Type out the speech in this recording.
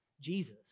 Jesus